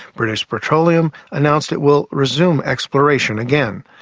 british petroleum announced it will resume exploration again.